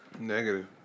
Negative